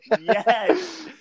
yes